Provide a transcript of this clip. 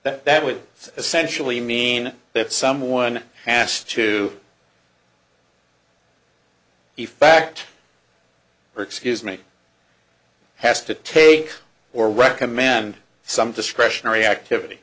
that that would essentially mean that someone has to be fact or excuse me has to take or recommend some discretionary activity